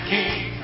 King